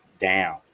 down